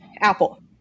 Apple